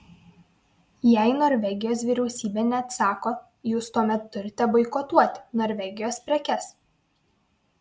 jei norvegijos vyriausybė neatsako jūs tuomet turite boikotuoti norvegijos prekes